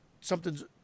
something's